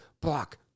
block